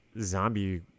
zombie